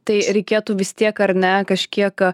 tai reikėtų vis tiek ar ne kažkiek